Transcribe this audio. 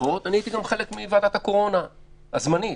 הייתי גם חלק מוועדת הקורונה הזמנית.